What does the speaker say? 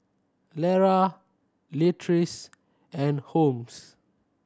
Lara Leatrice and Holmes